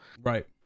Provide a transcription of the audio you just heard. Right